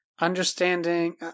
understanding